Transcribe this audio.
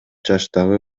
жаштагы